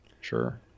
Sure